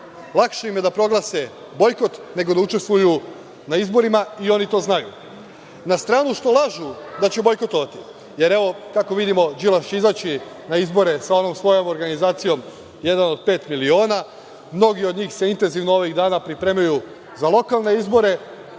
Lakše im je da proglase bojkot, nego da učestvuju na izborima i oni to znaju. Na stranu što lažu da će bojkotovati, jer, evo, kako vidimo Đilas će izaći na izbore sa onom svojom organizacijom „1 od 5 miliona“. Mnogi od njih se ovih dana intenzivno pripremaju za lokalne izbore,